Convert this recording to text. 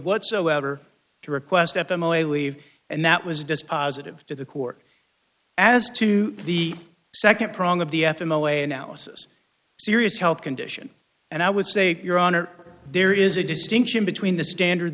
whatsoever to request at them away leave and that was dispositive to the court as to the second prong of the f m a way analysis serious health condition and i would say your honor there is a distinction between the standard